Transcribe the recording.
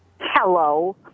Hello